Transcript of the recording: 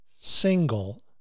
single